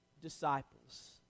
disciples